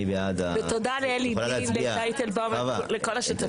תודה לאלי בין, למשה טייטלבאום ולכל השותפים.